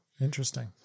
Interesting